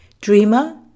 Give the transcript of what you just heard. Dreamer